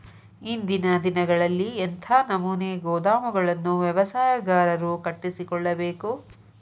ಇಂದಿನ ದಿನಗಳಲ್ಲಿ ಎಂಥ ನಮೂನೆ ಗೋದಾಮುಗಳನ್ನು ವ್ಯವಸಾಯಗಾರರು ಕಟ್ಟಿಸಿಕೊಳ್ಳಬೇಕು?